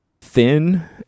thin